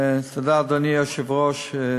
תודה, אדוני היושב-ראש.